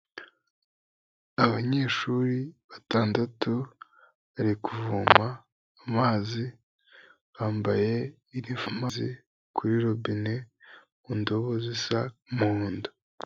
Abanyeshuri batandatu bari kuvoma amazi bambaye iniforume kuri robine indobo zisa umuhondo.